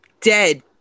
dead